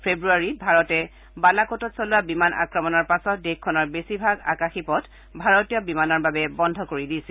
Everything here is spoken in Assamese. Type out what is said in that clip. ফেব্ৰুৱাৰীত ভাৰতে বালাকোটত চলোৱা বিমান আক্ৰমণৰ পাছত দেশখনৰ বেছিভাগ আকাশীপথ ভাৰতীয় বিমানৰ বাবে বন্ধ কৰি দিছিল